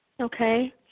Okay